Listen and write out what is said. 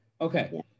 Okay